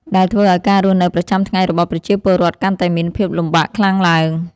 ដែលធ្វើឱ្យការរស់នៅប្រចាំថ្ងៃរបស់ប្រជាពលរដ្ឋកាន់តែមានភាពលំបាកខ្លាំងឡើង។